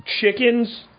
chickens